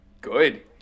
good